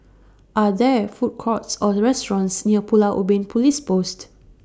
Are There Food Courts Or restaurants near Pulau Ubin Police Post